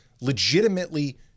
legitimately